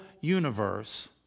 universe